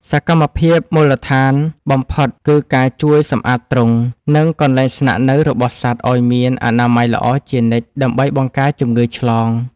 សកម្មភាពមូលដ្ឋានបំផុតគឺការជួយសម្អាតទ្រុង និងកន្លែងស្នាក់នៅរបស់សត្វឱ្យមានអនាម័យល្អជានិច្ចដើម្បីបង្ការជំងឺឆ្លង។